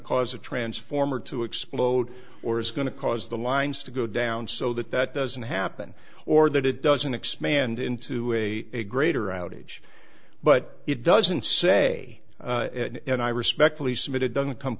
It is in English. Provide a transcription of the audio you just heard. cause a transformer to explode or is going to cause the lines to go down so that that doesn't happen org that it doesn't expand into a greater outage but it doesn't say it and i respectfully submit it doesn't come